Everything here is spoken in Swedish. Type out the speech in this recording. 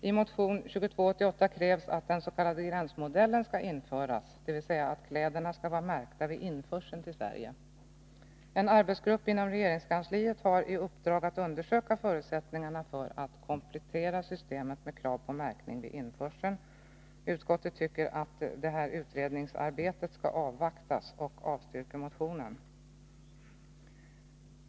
I motion 2288 krävs att den s.k. gränsmodellen skall införas, dvs. att kläderna skall vara märkta vid införseln till Sverige. En arbetsgrupp inom regeringskansliet har i uppdrag att undersöka förutsättningarna för att man skall kunna komplettera systemet med krav på märkning vid införseln. Utskottet tycker att detta utredningsarbete skall avvaktas och avstyrker motionen.